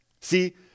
See